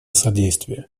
содействие